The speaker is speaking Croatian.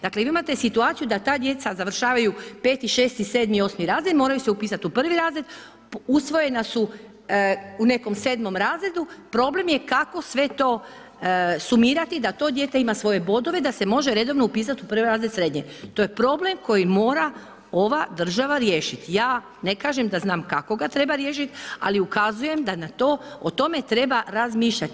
Dakle, vi imate situaciju da ta djeca završavaju 5., 6., 7. i 8. razred, moraju se upisati u prvi razred, usvojena su u nekom 7. razredu, problem je kako sve to sumirati da to dijete ima svoje bodove da se može redovno upisati u 1. razred srednje, to je problem koji mora ova država riješiti, ja ne kažem da znam kako ga treba riješiti ali ukazujem da o tome treba razmišljati.